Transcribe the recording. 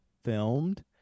filmed